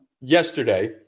yesterday